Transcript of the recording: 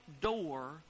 door